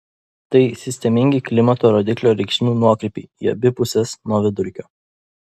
tai sistemingi klimato rodiklio reikšmių nuokrypiai į abi puses nuo vidurkio